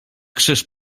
krzyż